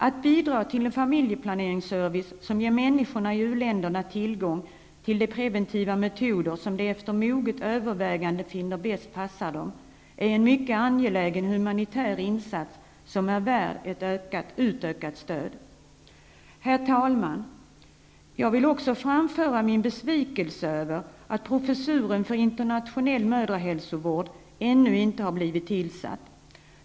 Att bidra till en familjeplaneringsservice som ger människorna i u-länderna tillgång till de preventiva metoder som de efter moget övervägande finner bäst passar dem är en mycket angelägen humanitär insats, som är värd ett utökat stöd. Herr talman! Jag vill också framföra min besvikelse över att proffesuren för internationell mödrahälsovård ännu inte har blivit tillsatt.